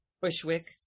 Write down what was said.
Bushwick